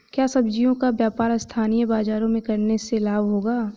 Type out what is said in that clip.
क्या सब्ज़ियों का व्यापार स्थानीय बाज़ारों में करने से लाभ होगा?